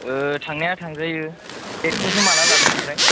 थांनाया थांजायो डेटखौसो माब्ला लादों ओमफ्राय